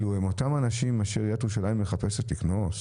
אלו הם אותם אנשים אשר עיריית ירושלים מחפשת לקנוס?